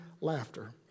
laughter